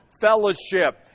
fellowship